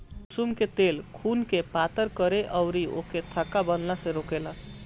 कुसुम के तेल खुनके पातर करे में अउरी ओके थक्का बनला से रोकेला